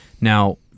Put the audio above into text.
Now